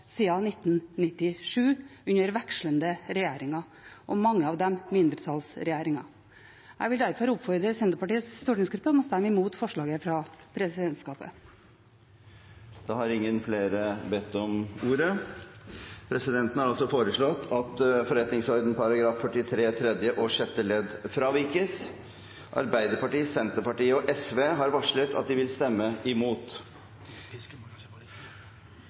1997, under vekslende regjeringer – og mange av dem mindretallsregjeringer. Jeg vil derfor oppfordre Senterpartiets stortingsgruppe til å stemme mot forslaget fra presidenten. Flere har ikke bedt om ordet. Etter at det var ringt til votering, uttalte Da er vi klar til å gå til votering. Presidenten har foreslått at forretningsordenens § 43 tredje og sjette ledd fravikes. Arbeiderpartiet, Senterpartiet og